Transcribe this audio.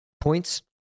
points